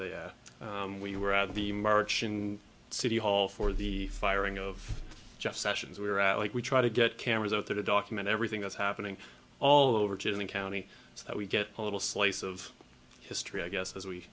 the we were at the march in city hall for the firing of jeff sessions we were like we try to get cameras out there to document everything that's happening all over the county so that we get a little slice of history i guess as we